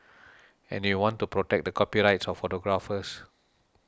and we want to protect the copyrights of photographers